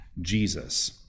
Jesus